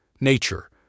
nature